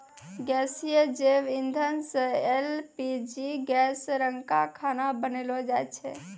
गैसीय जैव इंधन सँ एल.पी.जी गैस रंका खाना बनैलो जाय छै?